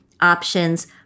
options